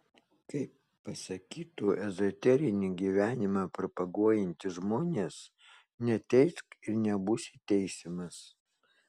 kaip pasakytų ezoterinį gyvenimą propaguojantys žmonės neteisk ir nebūsi teisiamas